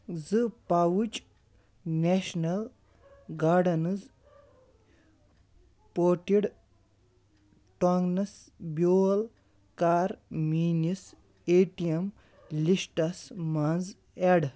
زٕ پاوُچ national gardens potted ٹوٚنٛگنَس بیول کَر میٛٲنِس اے ٹی اؠم لِسٹَس منٛز اٮ۪ڈ